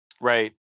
Right